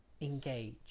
engage